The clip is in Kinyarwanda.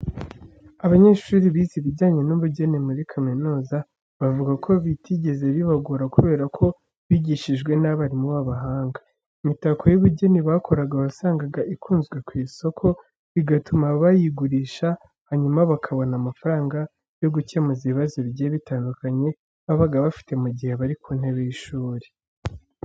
Abanyeshuri bize ibijyanye n'ubugeni muri kaminuza, bavuga ko bitigeze bibagora kubera ko bigishijwe n'abarimu b'abahanga. Imitako y'ubugeni bakoraga wasangaga ikunzwe ku isoko, bigatuma bayigurisha hanyuma bakabona amafaranga yo gukemuza ibibazo bigiye bitandukanye babaga bafite mu gihe bari ku ntebe y'ishuri.